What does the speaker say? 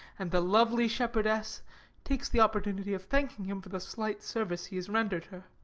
and the lovely shepherdess takes the opportunity of thanking him for the slight service he has rendered her.